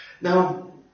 Now